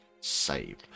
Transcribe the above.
save